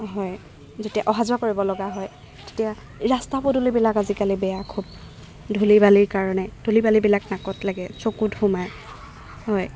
হয় যেতিয়া অহা যোৱা কৰিব লগা হয় তেতিয়া ৰাস্তা পদূলিবিলাক আজিকালি বেয়া খুব ধূলি বালিৰ কাৰণে ধূলি বালিবিলাক নাকত লাগে চকুত সোমায় হয়